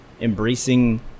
embracing